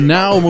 now